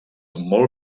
molt